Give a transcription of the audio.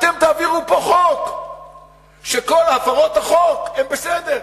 אתם תעבירו פה חוק שכל הפרות החוק הן בסדר.